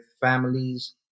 families